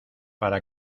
para